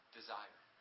Desire